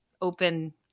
open